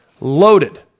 loaded